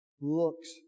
looks